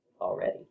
already